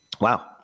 Wow